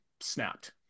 snapped